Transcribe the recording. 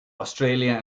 australia